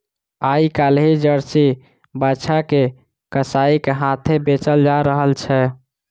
आइ काल्हि जर्सी बाछा के कसाइक हाथेँ बेचल जा रहल छै